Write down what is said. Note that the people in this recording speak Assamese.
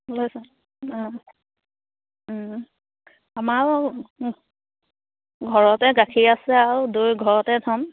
লৈছা আমাৰ ঘৰতে গাখীৰ আছে আৰু দৈ ঘৰতে থম